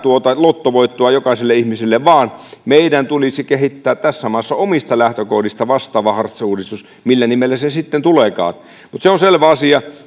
lottovoittoa vaan meidän tulisi kehittää tässä maassa omista lähtökohdistamme vastaava hartz uudistus millä nimellä se sitten tuleekaan mutta se on selvä asia